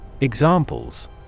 Examples